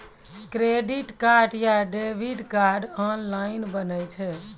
Credit card या debit card online बनै छै?